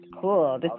Cool